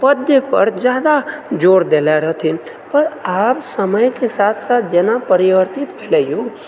पद्य पर जादा जोर देले रहथिन पर आब समयके साथ साथ जेना परिवर्तित भेलै युग